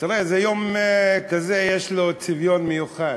תראו, יום כזה, יש לו צביון מיוחד.